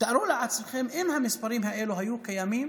תארו לעצמכם, אם המספרים האלה היו קיימים